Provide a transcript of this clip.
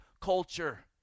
culture